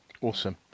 Awesome